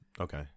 Okay